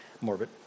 morbid